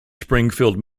springfield